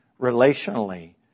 relationally